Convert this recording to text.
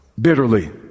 bitterly